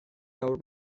now